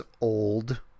old